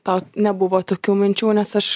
tau nebuvo tokių minčių nes aš